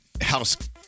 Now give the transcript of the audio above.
house